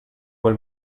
quel